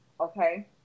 Okay